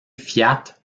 fiat